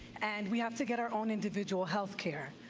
and we have to get our own individual health care.